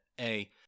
A-